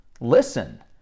Listen